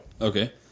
Okay